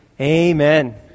Amen